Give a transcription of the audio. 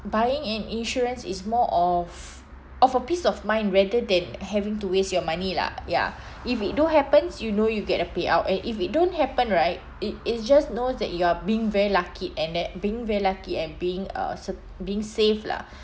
buying an insurance is more of of a peace of mind rather than having to waste your money lah ya if it do happens you know you'll get a payout and if it don't happen right it it's just knows that you are being very lucky and that being very lucky and being uh sa~ being safe lah